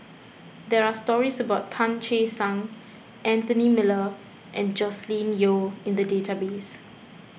there are stories about Tan Che Sang Anthony Miller and Joscelin Yeo in the database